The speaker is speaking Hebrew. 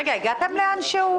רגע, הגעתם לאנשהו?